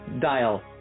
Dial